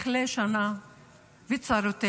שתכלה שנה וצרותיה,